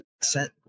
set